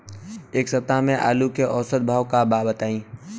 एक सप्ताह से आलू के औसत भाव का बा बताई?